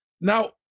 Now